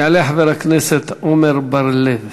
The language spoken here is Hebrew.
יעלה חבר הכנסת עמר בר-לב.